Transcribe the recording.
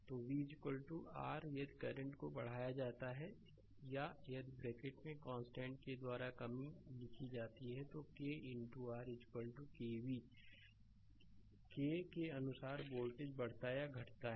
slide समय देखें 0041 तो v R यदि करंट को बढ़ाया जाता है या यदि ब्रैकेट में कांस्टेंट k द्वारा कमी या कमी लिखी जाती है तो k R kv के k के अनुसार वोल्टेज बढ़ता या घटता है